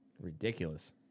ridiculous